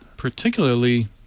Particularly